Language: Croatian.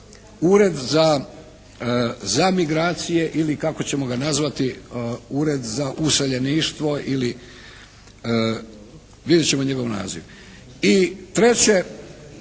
Ured za migracije ili kako ćemo ga nazvati Ured za useljeništvo ili vidjet ćemo njegov naziv. I treće,